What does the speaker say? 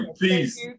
Peace